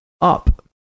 Up